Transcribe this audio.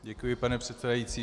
Děkuji, paní předsedající.